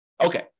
Okay